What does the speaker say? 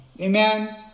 Amen